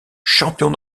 champion